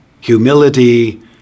humility